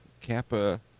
Kappa